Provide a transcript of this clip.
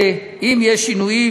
אם יש שינויים,